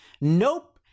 Nope